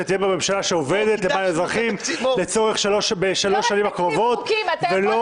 שתהיה פה ממשלה שעובדת למען האזרחים בשלוש השנים הקרובות ולא